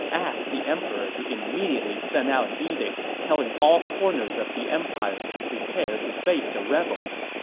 asked the emperor to immediately send out an edict telling all corners of the empire to prepare to face the rebels.